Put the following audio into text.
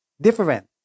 different